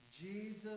Jesus